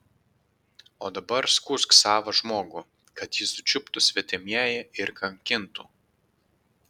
o dabar skųsk savą žmogų kad jį sučiuptų svetimieji ir kankintų